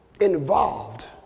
involved